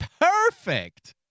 perfect